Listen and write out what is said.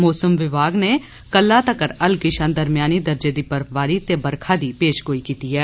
मौसम विमाग नै कल तक्कर हल्की शां दरमेयानी दर्जे दी बर्फबारी ते बरखा दी पेशगोई कीती ऐ